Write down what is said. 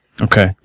Okay